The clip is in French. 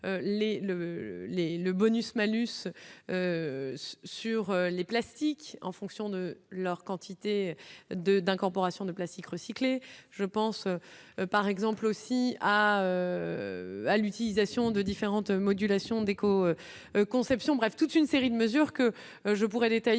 le bonus-malus sur les plastiques en fonction de leur quantité de d'incorporation de classique recyclé, je pense, par exemple aussi à à l'utilisation de différentes modulations d'éco-conception, bref, toute une série de mesures que je pourrais détailler,